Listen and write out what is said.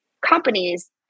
companies